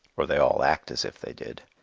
or they all act as if they did.